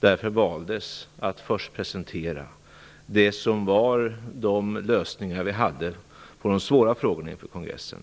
Därför valde vi att först presentera våra lösningar på de svåra frågorna inför kongressen